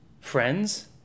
friends